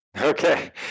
Okay